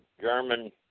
German